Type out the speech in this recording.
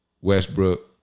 Westbrook